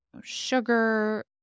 sugar